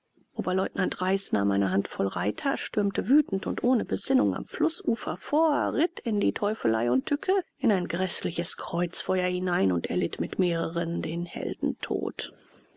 oberleutnant reiß nahm eine handvoll reiter stürmte wütend und ohne besinnen am flußufer vor ritt in die teufelei und tücke in ein gräßliches kreuzfeuer hinein und erlitt mit mehreren den heldentod